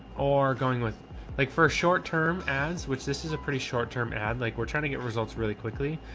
or going with like for a short term as which this is a pretty short term ad. like we're trying to get results really quickly.